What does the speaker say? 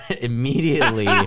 immediately